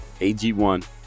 AG1